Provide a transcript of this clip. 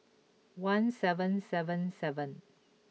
one seven seven seven